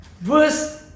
Verse